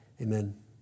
Amen